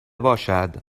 باشد